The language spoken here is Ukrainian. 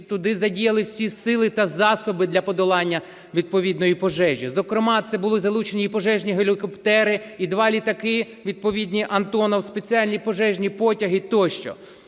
туди задіяли всі сили та засоби для подолання відповідної пожежі, зокрема це були залучені і пожежні гелікоптери, і 2 літаки відповідні "Антонов", спеціальні пожежні потяги тощо.